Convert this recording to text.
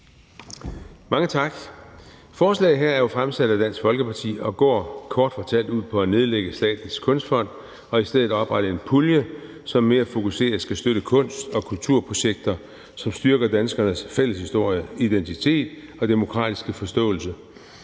Mange tak. Forslaget her er jo fremsat af Dansk Folkeparti og går kort fortalt ud på at nedlægge Statens Kunstfond og i stedet oprette en pulje, som mere fokuseret skal støtte kunst- og kulturprojekter, som styrker danskernes fælles historie, identitet og demokratiske forståelse.